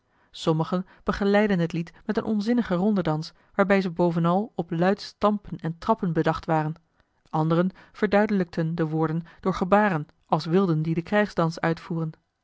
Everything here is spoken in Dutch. sommigen begeleidden het lied met een onzinnigen rondedans waarbij ze bovenal op luid stampen en trappen bedacht waren anderen verduidelijkten de woorden door gebaren als wilden die den krijgsdans uitvoeren